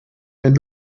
wenn